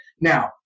Now